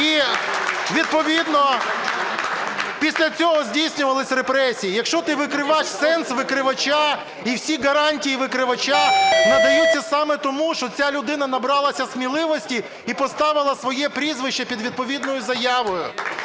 І відповідно після цього здійснювалися репресії. Якщо ти викривач, сенс викривача і всі гарантії викривача надаються саме тому, що ця людина набралася сміливості і поставила своє прізвище під відповідною заявою.